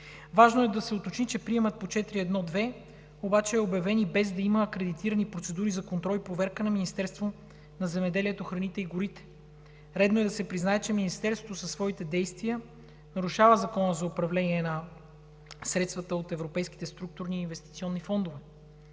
Важно е да се уточни, че приемът по 4.1.2 обаче е обявен и без да има акредитирани процедури за контрол и проверка на Министерството на земеделието, храните и горите. Редно е да се признае, че Министерството със своите действия нарушава Закона за управление на средствата от европейските структурни инвестиционни фондове.